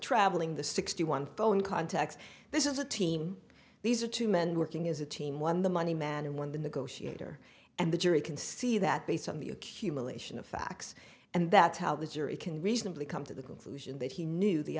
travelling the sixty one phone contacts this is a team these are two men working as a team one the money man and one the negotiator and the jury can see that based on the accumulation of facts and that's how the jury can reasonably come to the conclusion that he knew the